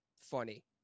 funny